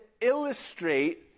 illustrate